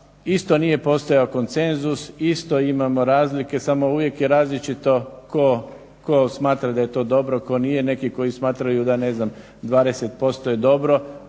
Isto nije postojao konsenzus, isto imamo razlike samo uvijek je različito tko smatra da je to dobro tko nije. Neki koji smatraju da ne znam 20% je dobro,